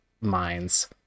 minds